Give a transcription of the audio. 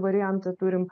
variantą turim